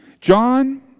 John